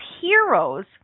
heroes